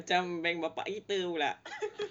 macam bank bapa kita